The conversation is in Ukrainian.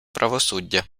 правосуддя